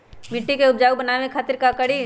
मिट्टी के उपजाऊ बनावे खातिर का करी?